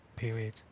period